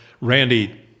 Randy